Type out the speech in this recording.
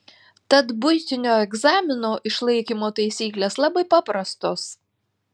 tad buitinio egzamino išlaikymo taisyklės labai paprastos